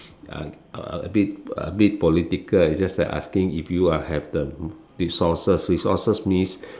a a bit a bit political is just like asking if you are have the resources resources means